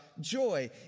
joy